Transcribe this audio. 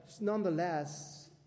nonetheless